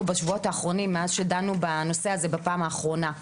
בשבועות האחרונים מאז שדנו בנושא הזה בפעם האחרונה.